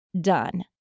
done